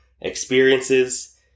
experiences